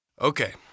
Okay